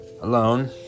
alone